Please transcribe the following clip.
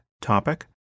topic